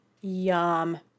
Yum